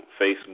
Facebook